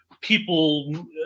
people